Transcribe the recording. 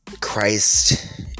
Christ